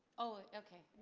oh, okay,